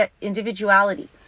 individuality